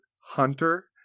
hunter